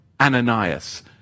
Ananias